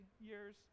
years